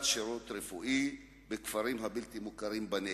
שירות רפואי בכפרים הבלתי-מוכרים בנגב.